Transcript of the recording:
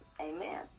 amen